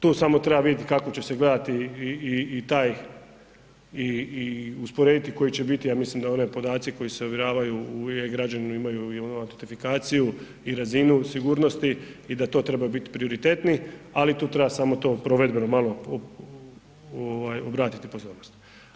Tu samo treba vidjet kako će se gledati i usporediti koji će biti, ja mislim da oni podaci koji se ovjeravaju u e-Građani imaju i onu identifikaciju i razinu sigurnosti i da to treba biti prioritetni, ali tu treba samo provedbeno malo obratiti pozornost.